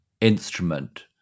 instrument